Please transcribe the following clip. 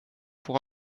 pour